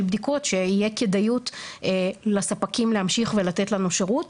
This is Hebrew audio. בדיקות שתהיה כדאיות לספקים להמשיך ולתת לנו שירות.